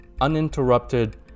Uninterrupted